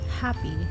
happy